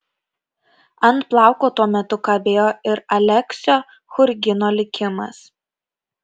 ant plauko tuo metu kabėjo ir aleksio churgino likimas